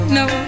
no